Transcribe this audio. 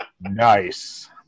nice